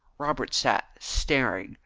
robert sat staring,